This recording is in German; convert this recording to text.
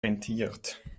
rentiert